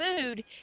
food